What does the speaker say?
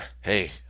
hey